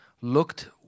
looked